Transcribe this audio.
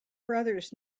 brothers